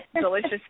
delicious